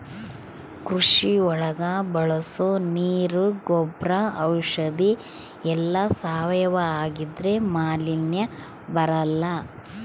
ಕೃಷಿ ಒಳಗ ಬಳಸೋ ನೀರ್ ಗೊಬ್ರ ಔಷಧಿ ಎಲ್ಲ ಸಾವಯವ ಆಗಿದ್ರೆ ಮಾಲಿನ್ಯ ಬರಲ್ಲ